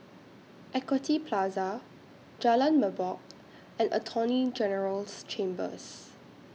Equity Plaza Jalan Merbok and Attorney General's Chambers